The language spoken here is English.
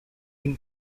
been